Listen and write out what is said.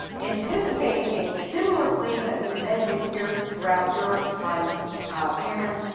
anticipating a similar claim that we then would hear throughout europe by cameron,